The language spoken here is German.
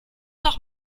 noch